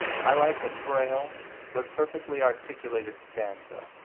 i like a frail but perfectly articulated stanza,